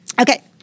Okay